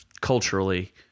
culturally